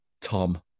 Tom